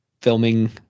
filming